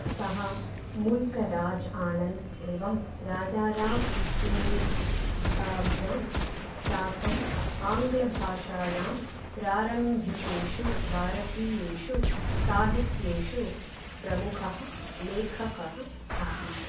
सः मुल्कराज् आनन्द् एवं राजा राव् इत्येताभ्यां साकम् आङ्ग्लभाषायां प्रारम्भिकेषु भारतीयेषु साहित्येषु प्रमुखः लेखकः आसीत्